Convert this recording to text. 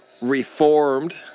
reformed